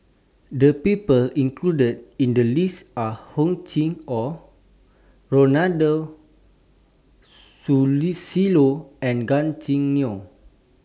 The People included in The list Are Hor Chim Or Ronald Susilo and Gan Choo Neo